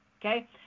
okay